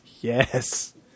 Yes